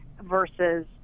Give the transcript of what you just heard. versus